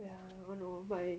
wait I'm going to move my